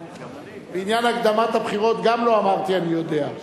בעניין הקדמת הבחירות גם לא אמרתי "אני יודע".